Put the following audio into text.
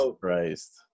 Christ